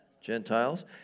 Gentiles